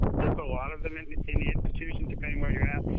there's a lot of them in the institution depending where you're at.